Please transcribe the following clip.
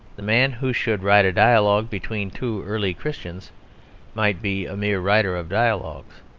the man who should write a dialogue between two early christians might be a mere writer of dialogues.